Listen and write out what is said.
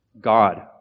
God